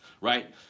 right